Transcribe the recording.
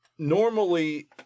Normally